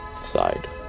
side